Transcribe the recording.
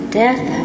death